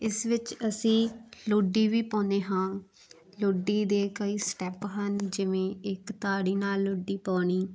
ਇਸ ਵਿੱਚ ਅਸੀਂ ਲੁੱਡੀ ਵੀ ਪਾਉਂਦੇ ਹਾਂ ਲੁੱਡੀ ਦੇ ਕਈ ਸਟੈਪ ਹਨ ਜਿਵੇਂ ਇੱਕ ਤਾੜੀ ਨਾਲ ਲੁੱਡੀ ਪਾਉਣੀ